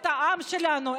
את העם שלנו,